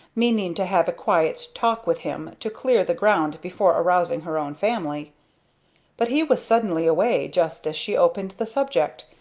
meaning to have a quiet talk with him to clear the ground before arousing her own family but he was suddenly away just as she opened the subject,